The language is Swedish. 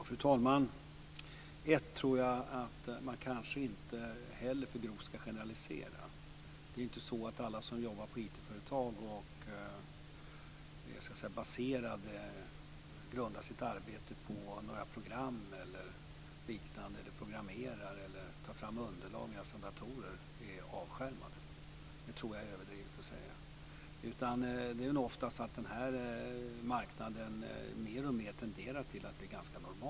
Fru talman! Jag tror inte att man ska generalisera för grovt. Alla som jobbar på IT-företag grundar inte sitt arbete på att vara avskärmade i sin programmering eller när de tar fram underlag från datorer. Det är överdrivet. Marknaden tenderar mer och mer till att bli ganska normal.